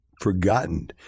forgotten